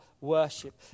worship